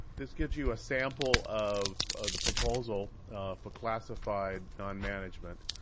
this gives you a sample of the proposal for classified non-management,